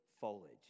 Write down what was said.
foliage